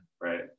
Right